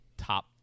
top